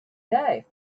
day